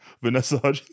Vanessa